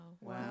Wow